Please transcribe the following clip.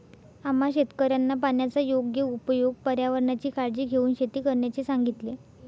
आम्हा शेतकऱ्यांना पाण्याचा योग्य उपयोग, पर्यावरणाची काळजी घेऊन शेती करण्याचे सांगितले